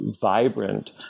vibrant